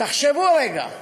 תחשבו רגע: